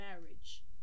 marriage